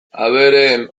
abereen